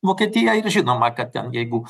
vokietija ir žinoma kad ten jeigu